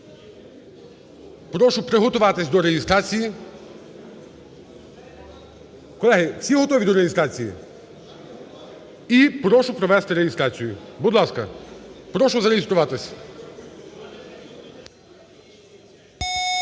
Прошу приготуватись до реєстрації. Колеги, всі готові до реєстрації? І прошу провести реєстрацію, будь ласка, прошу зареєструватись.